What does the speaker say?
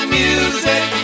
music